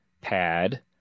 pad